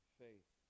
faith